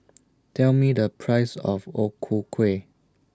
Tell Me The Price of O Ku Kueh